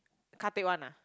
car take one ah